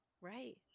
Right